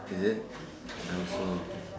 is it I also